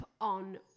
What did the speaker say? on